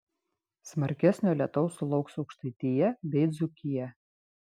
smarkesnio lietaus sulauks aukštaitija bei dzūkija